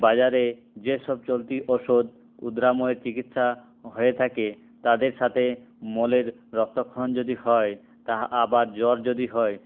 বাজারে যেসব চলতি ওষুধ উদ্রাময় চিকিৎসা হয়ে থাকে তাদের সাথে মলের রক্তক্ষরণ যদি হয় তা আবার জ্বর যদি হয়